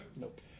Nope